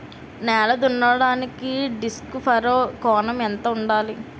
నేల దున్నడానికి disc furrow కోణం ఎంత ఉండాలి?